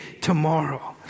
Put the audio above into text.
tomorrow